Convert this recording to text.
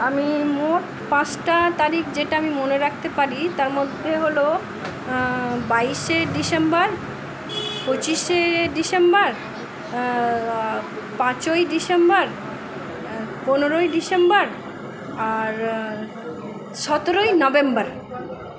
আমি মোট পাঁচটা তারিখ যেটা আমি মনে রাখতে পারি তার মধ্যে হলো বাইশে ডিসেম্বর পঁচিশে ডিসেম্বর পাঁচই ডিসেম্বর পনেরোই ডিসেম্বর আর সতেরোই নভেম্বর